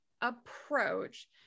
approach